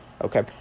Okay